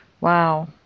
Wow